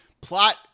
plot